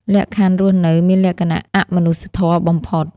លក្ខខណ្ឌរស់នៅមានលក្ខណៈអមនុស្សធម៌បំផុត។